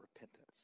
repentance